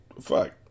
fuck